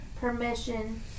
permission